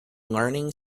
learning